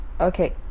Okay